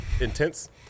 intense